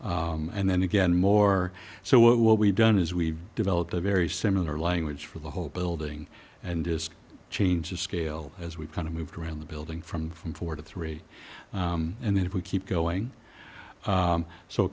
and then again more so what we've done is we've developed a very similar language for the whole building and just change the scale as we've kind of moved around the building from from four to three and then if we keep going